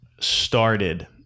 started